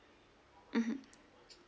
mmhmm